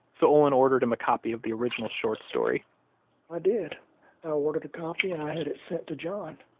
so olin ordered him a copy of the original short story i did. i ah ordered a copy, and i had it sent to john.